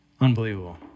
Unbelievable